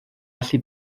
allu